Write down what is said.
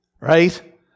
right